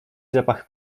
zapach